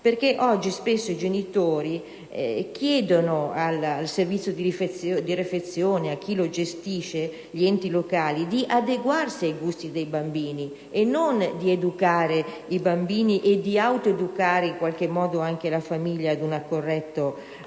perché spesso oggi i genitori chiedono al servizio di refezione e a chi lo gestisce (gli enti locali) di adeguarsi ai gusti dei bambini e non di educare i bambini e di autoeducare in qualche modo anche la famiglia ad una corretta alimentazione.